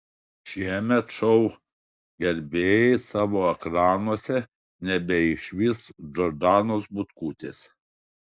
šiemet šou gerbėjai savo ekranuose nebeišvys džordanos butkutės